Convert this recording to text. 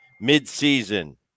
Mid-season